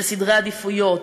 של סדרי עדיפויות,